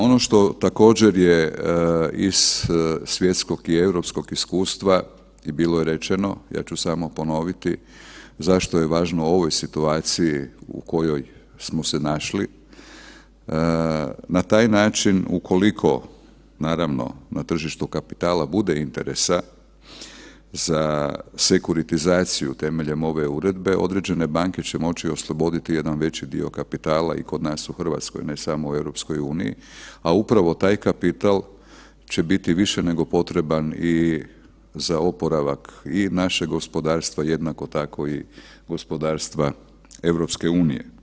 Ono što također je iz svjetskog i europskog iskustva je bilo rečeno, ja ću samo ponoviti zašto je važno u ovoj situaciji u kojoj smo se našli, na taj način u koliko naravno na tržištu kapitala bude interesa za sekuritizaciju temeljem ove uredbe, određene banke će moći osloboditi jedan veći dio kapitala i kod nas u Hrvatskoj, ne samo u EU, a upravo taj kapital će biti više nego potreban i za oporavak i našeg gospodarstva, jednako tako i gospodarstva EU.